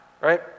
right